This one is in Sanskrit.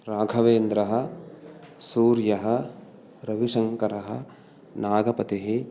राघवेन्द्रः सूर्यः रविशङ्करः नागपतिः